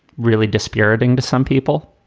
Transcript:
really dispiriting to some people.